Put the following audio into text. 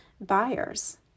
buyers